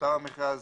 מספר המכרז,